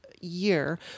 year